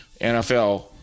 NFL